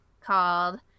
called